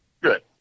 Good